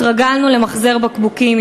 התרגלנו למחזר בקבוקים,